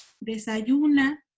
desayuna